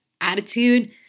attitude